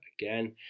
again